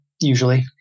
usually